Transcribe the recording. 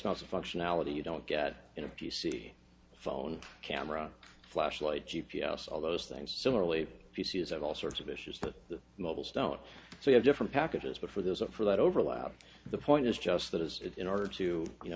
amounts of functionality you don't get in a g c phone camera flashlight g p s all those things similarly p c s have all sorts of issues that the mobiles don't so have different packages but for those up for that overlap the point is just that is it in order to you know